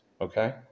Okay